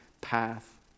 path